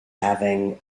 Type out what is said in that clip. having